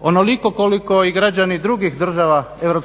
onoliko koliko i građani drugih država EU